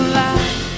light